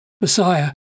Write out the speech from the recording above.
Messiah